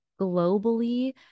globally